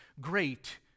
great